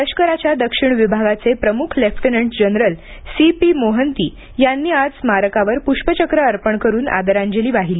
लष्कराच्या दक्षिण विभागाचे प्रमुख lieutenant general C P Mohanti यांनी आज स्मारकावर पुष्पचक्र अर्पण करून आदरांजली वाहिली